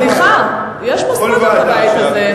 סליחה, יש מסורת לבית הזה.